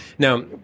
Now